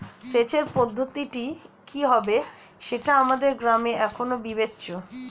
সেচের পদ্ধতিটি কি হবে সেটা আমাদের গ্রামে এখনো বিবেচ্য